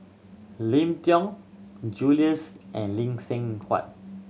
Lim Tiong Jules and Lee Seng Huat